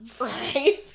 Right